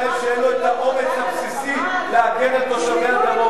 שאין לו האומץ הבסיסי להגן על תושבי הדרום.